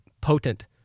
potent